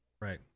Right